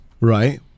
Right